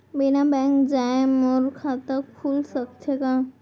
बिना बैंक जाए मोर खाता खुल सकथे का?